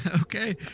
Okay